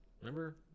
Remember